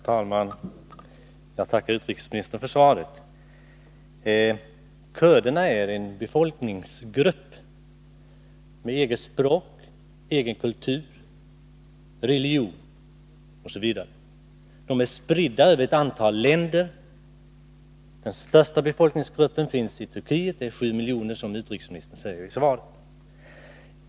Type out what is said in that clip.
Herr talman! Jag tackar utrikesministern för svaret. Kurderna är en befolkningsgrupp med eget språk, egen kultur, egen religion osv. De är spridda över ett antal länder. Den största gruppen finns i Turkiet med 7 miljoner, som utrikesministern säger i svaret.